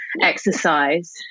exercise